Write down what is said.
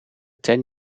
ten